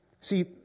see